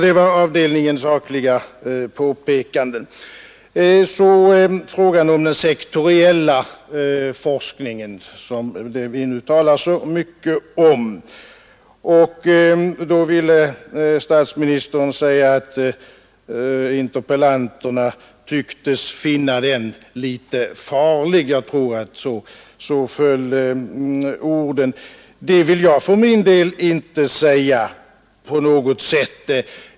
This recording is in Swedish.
Det var avdelningen sakliga påpekanden. Beträffande den sektoriella forskningen, som vi nu talar om, framhöll statsministern att interpellanterna tycktes finna den litet farlig — jag tror att orden föll så. Det vill jag inte på något sätt hålla med om.